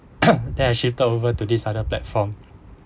then I shifted over to this other platform